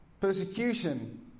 persecution